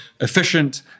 efficient